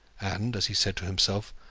and, as he said to himself,